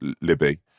Libby